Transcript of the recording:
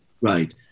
Right